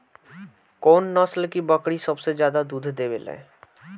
कौन नस्ल की बकरी सबसे ज्यादा दूध देवेले?